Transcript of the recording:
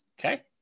Okay